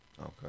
Okay